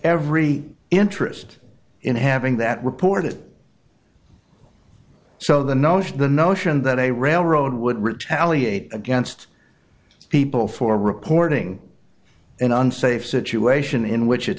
every interest in having that reported so the notion the notion that a railroad would retaliate against people for reporting an unsafe situation in which